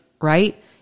right